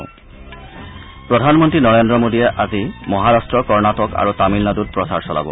স্প্ৰধানমন্ত্ৰী নৰেন্দ্ৰ মোডিয়ে আজি মহাৰাট্ট কৰ্ণাটক আৰু তামিলনাডুত প্ৰচাৰ চলাব